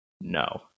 No